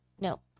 No